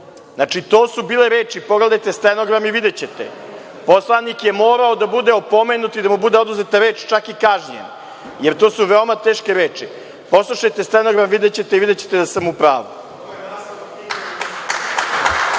to su bile reči, pogledajte stenogram i videćete. Poslanik je morao da bude opomenut i da mu bude oduzeta reč, čak i kažnjen, jer to su veoma teške reči. Poslušajte stenogram i videćete da sam u pravu.